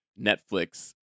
Netflix